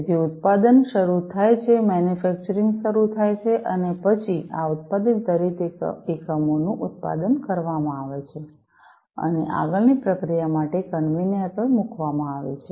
તેથી ઉત્પાદન શરૂ થાય છે મેન્યુફેક્ચરિંગ શરૂ થાય છે અને પછી આ ઉત્પાદિત દરેક એકમોનું ઉત્પાદન કરવામાં આવે છે અને આગળની પ્રક્રિયા માટે કન્વેયર પર મૂકવામાં આવે છે